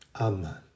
Amen